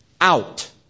Out